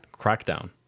crackdown